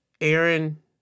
Aaron